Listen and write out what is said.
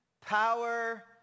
power